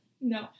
No